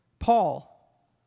Paul